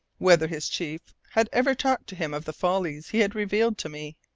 whether his chief had ever talked to him of the follies he had revealed to me.